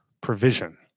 provision